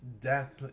death